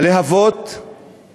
הלהבות הדאיגו את